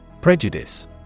Prejudice